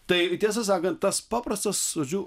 tai tiesą sakant tas paprastas žodžiu